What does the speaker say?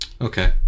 Okay